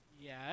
yes